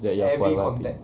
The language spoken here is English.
that you forever happy